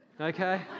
okay